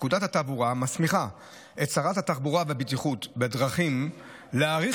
פקודת התעבורה מסמיכה את שרת התחבורה והבטיחות בדרכים להאריך